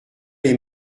lès